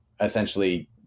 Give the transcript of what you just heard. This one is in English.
essentially